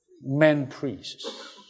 men-priests